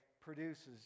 produces